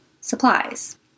supplies